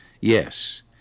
Yes